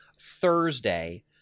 Thursday